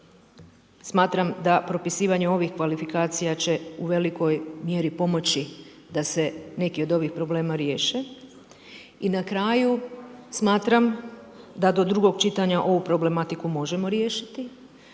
Smatram da propisivanje ovih kvalifikacija će u velikoj mjeri pomoći da se neki od ovih problema riješe. I na kraju, smatram da do drugog čitanja ovu problematiku možemo riješiti